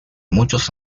muchos